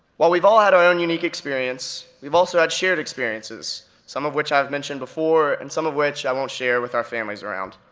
while we've all had our own unique experience, we've also had shared experiences, some of which i've mentioned before and some of which i won't share with our families around.